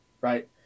right